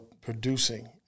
producing